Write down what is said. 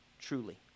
truly